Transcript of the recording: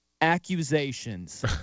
accusations